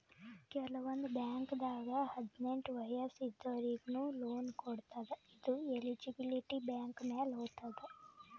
ಕೆಲವಂದ್ ಬಾಂಕ್ದಾಗ್ ಹದ್ನೆಂಟ್ ವಯಸ್ಸ್ ಇದ್ದೋರಿಗ್ನು ಲೋನ್ ಕೊಡ್ತದ್ ಇದು ಎಲಿಜಿಬಿಲಿಟಿ ಬ್ಯಾಂಕ್ ಮ್ಯಾಲ್ ಹೊತದ್